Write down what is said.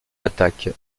attaque